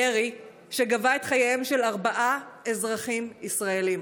ירי שגבה את חייהם של ארבעה אזרחים ישראלים,